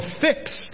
fixed